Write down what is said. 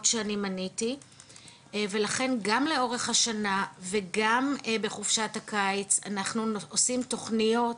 שאני מניתי ולכן גם לאורך השנה וגם בחופשת הקיץ אנחנו עושים תוכניות